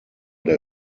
der